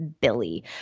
Billy